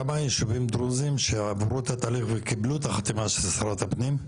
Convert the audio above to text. כמה יישובים דרוזים עברו את התהליך וקיבלו את החתימה של שרת הפנים?